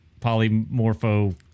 polymorpho